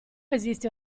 esiste